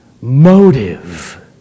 Motive